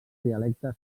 dialectes